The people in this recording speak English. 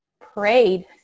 prayed